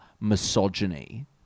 misogyny